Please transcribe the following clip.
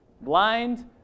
blind